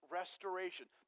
restoration